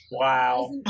wow